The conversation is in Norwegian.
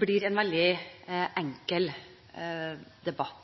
blir en veldig enkel debatt.